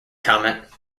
comment